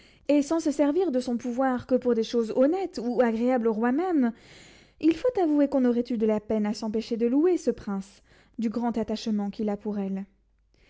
et sans se servir de son pouvoir que pour des choses honnêtes ou agréables au roi même il faut avouer qu'on aurait eu de la peine à s'empêcher de louer ce prince du grand attachement qu'il a pour elle